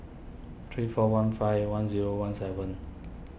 three four one five one zero one seven